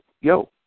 yo